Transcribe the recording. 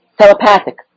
telepathic